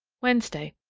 wednesday.